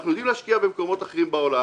אנחנו יודעים להשקיע במקומות אחרים בעולם,